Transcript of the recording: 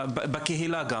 בקהילה.